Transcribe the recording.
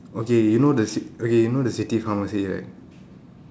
okay you know the cit~ okay you know the city pharmacy right